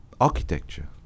Architecture